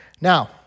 Now